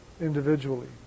individually